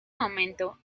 momento